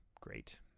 great